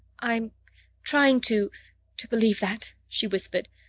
i'm trying to to believe that, she whispered,